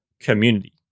community